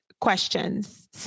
questions